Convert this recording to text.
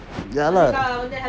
ya lah